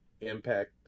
impact